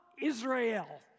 Israel